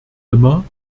immer